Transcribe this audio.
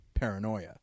paranoia